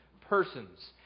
persons